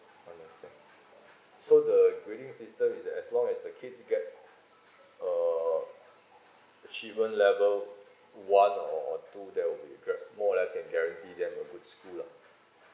understand so the grading system is as long as the kids get uh achievement level one or or two there will be guar~ more or less can guarantee them on good school lah